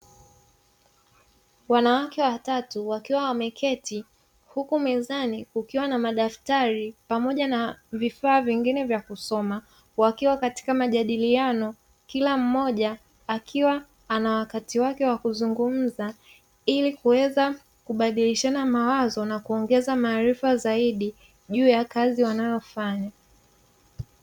Wanawake watatu wakiwa wameketi, huku mezani kukiwa na madaftari pamoja na vifaa vingine vya kusoma, wakiwa katika majidiliano, kila mmoja akiwa ana wakati wake wa kuzungumza ili kuweza kubadilishana mawazo na kuongeza maarifa zaidi juu ya kazi wanayofanya.